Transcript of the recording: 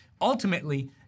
Ultimately